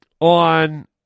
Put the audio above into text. on